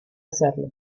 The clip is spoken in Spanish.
hacerlo